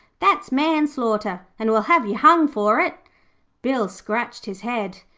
that's manslaughter, and we'll have you hung for it bill scratched his head.